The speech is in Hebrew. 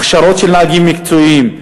הכשרה של נהגים מקצועיים,